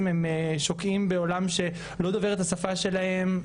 הם שוקעים בעולם שלא דובר את השפה שלהם,